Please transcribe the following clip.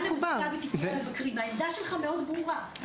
על עניין הבדיקה בתיקי המבקרים העמדה שלך מאוד ברורה,